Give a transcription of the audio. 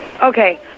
Okay